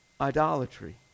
idolatry